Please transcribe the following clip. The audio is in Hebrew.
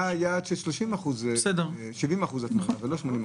היה יעד של 70% הטמנה, לא 80%,